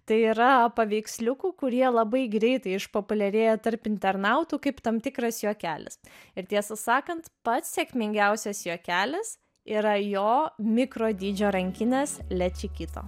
tai yra paveiksliukų kurie labai greitai išpopuliarėja tarp internautų kaip tam tikras juokelis ir tiesą sakant pats sėkmingiausias juokelis yra jo mikrodydžio rankinės le čikito